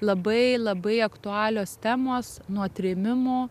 labai labai aktualios temos nuo trėmimų